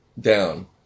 down